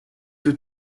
que